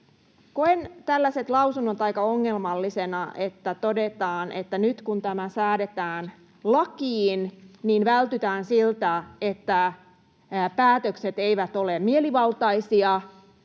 koen tällaiset lausunnot aika ongelmallisina, että todetaan, että nyt, kun tämä säädetään lakiin, vältytään siltä, että päätökset ovat mielivaltaisia,